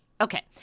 Okay